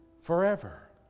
forever